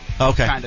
Okay